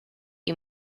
you